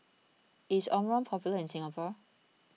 is Omron popular in Singapore